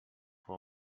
for